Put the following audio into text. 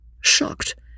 shocked